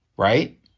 right